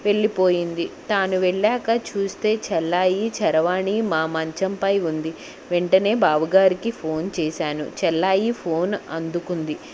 వెళ్ళిపోయింది తాను వెళ్ళాక చూస్తే చెల్లాయి చరవాణి మా మంచంపై ఉంది వెంటనే బావగారికి ఫోన్ చేశాను చెల్లయి ఫోన్ అందుకుంది